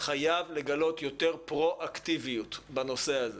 חייב לגלות יותר פרואקטיביות בנושא הזה